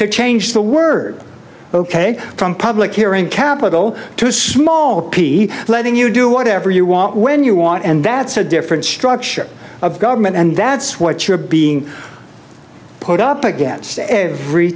to change the word ok from public hearing capital to small p letting you do whatever you want when you want and that's a different structure of government and that's what you're being put up against every